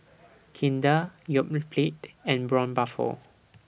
Kinder Yoplait and Braun Buffel